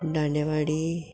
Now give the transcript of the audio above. Dandewadi